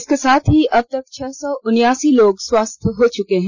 इसके साथ ही अब तक छह सौ उन्नयासी लोग स्वस्थ हो चुके हैं